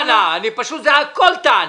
אין לי טענה, פשוט זה הכול טענה.